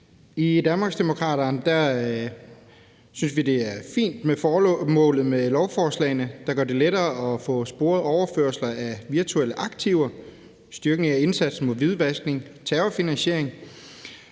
I Danmarksdemokraterne synes vi formålet med lovforslagene er fine. De gør det lettere at få sporet overførsler af virtuelle aktiver og styrket indsatsen mod hvidvaskning og terrorfinansiering,